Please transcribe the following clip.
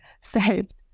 saved